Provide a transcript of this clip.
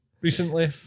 recently